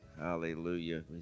Hallelujah